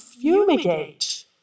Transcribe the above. fumigate